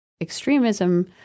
extremism